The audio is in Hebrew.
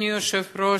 אדוני היושב-ראש,